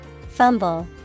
Fumble